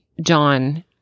John